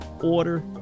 Order